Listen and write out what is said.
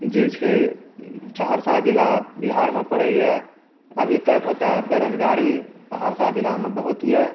जे छै सहरसा जिला बिहारमे पड़ैए अभी तक ओतऽ बेरोजगारी सहरसा जिलामे बहुत यऽ